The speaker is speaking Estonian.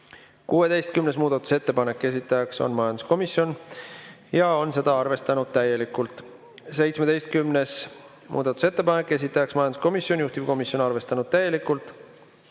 16. muudatusettepanek, esitaja on majanduskomisjon ja on seda arvestanud täielikult. 17. muudatusettepanek, esitaja majanduskomisjon, juhtivkomisjon arvestanud täielikult.